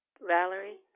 Valerie